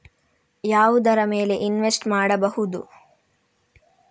ಯಾವುದರ ಮೇಲೆ ಇನ್ವೆಸ್ಟ್ ಮಾಡಬಹುದು?